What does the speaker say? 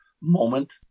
moment